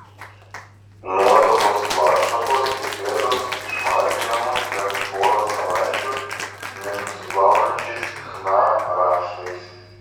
nuotakos plaštakos ir pėdos išmarginamos bent porą savaičių nenusiplaunančiais chna raštais